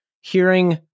hearing